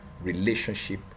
relationship